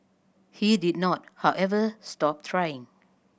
he did not however stop trying